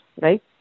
right